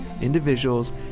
individuals